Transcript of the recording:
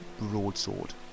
broadsword